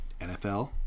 NFL